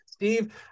Steve